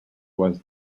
was